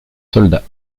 soldats